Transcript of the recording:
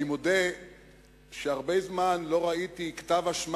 אני מודה שהרבה זמן לא ראיתי כתב אשמה